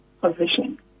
position